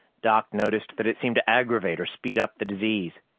doc noticed that it seemed to aggravate or speed up the disease.